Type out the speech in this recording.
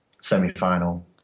semi-final